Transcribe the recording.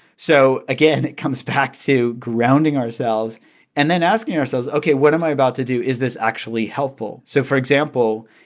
so again, it comes back to grounding ourselves and then asking ourselves, ok, what am i about to do? is this actually helpful? so for example,